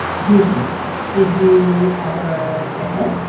here's emily did you ever get hit?